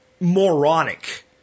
moronic